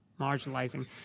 marginalizing